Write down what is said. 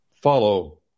follow